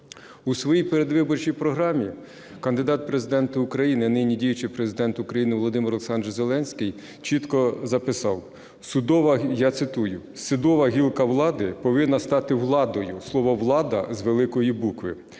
У своїй передвиборчій програмі кандидат в Президенти України, а нині діючий Президент України Володимир Олександрович Зеленський чітко записав, я цитую: "Судова гілка влади повинна стати Владою (слово "Влада" з великої букви),